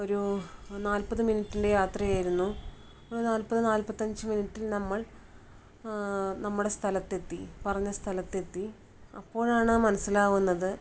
ഒരു നാല്പത് മിനിറ്റിൻ്റെ യാത്ര ആയിരുന്നു ഒരു നാല്പത് നാല്പത്തഞ്ച് മിനിറ്റിൽ നമ്മൾ നമ്മുടെ സ്ഥലത്തെത്തി പറഞ്ഞ സഥലത്തെത്തി അപ്പോഴാണ് മനസ്സിലാകുന്നത്